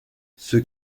ceux